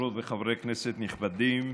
חברות וחברי כנסת נכבדים,